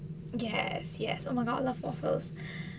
yes yes oh my god I love waffles